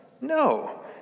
No